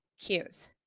cues